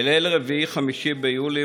בליל 5-4 ביולי,